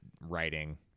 writing